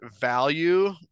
value